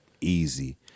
easy